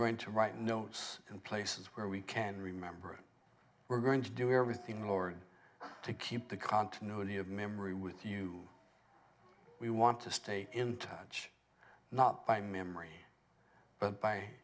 going to write notes and places where we can remember it we're going to do everything in order to keep the continuity of memory with you we want to stay in touch not by memory but by